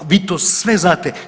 Vi to sve znate.